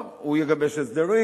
טוב, הוא יגבש הסדרים.